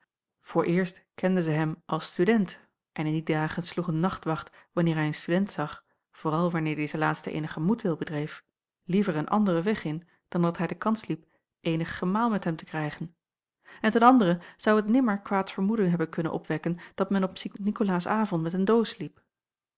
vooreerst kenden zij hem als student en in die dagen sloeg een nachtwacht wanneer hij een student zag vooral wanneer deze laatste eenigen moedwil bedreef liever een anderen weg in dan dat hij de kans liep eenig gemaal met hem te krijgen en ten anderen zou het nimmer kwaad vermoeden hebben kunnen opwekken dat men op sint nikolaasavond met een doos liep